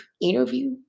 interview